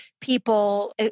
people